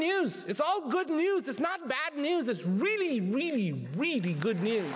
news it's all good news it's not bad news it's really really really good news